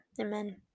amen